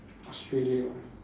Australia